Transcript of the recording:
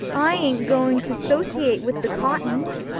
i ain't going to, sociate with the cottons,